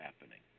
happening